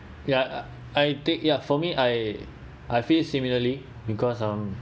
ya I think ya for me I I feel similarly because um